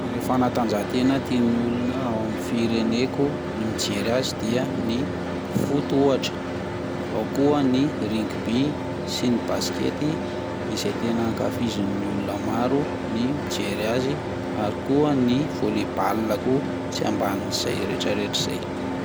Ireo fanatanjahantena tian'olona ao amin'ny fireneko ny mijery azy dia ny foot ohatra, ao koa ny rugby sy ny basket izay tena ankafizin'ny olona maro ny mijery azy ary koa ny volley ball koa tsy amban'izay retraretra izay.